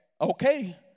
okay